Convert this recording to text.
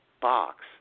box